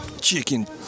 chicken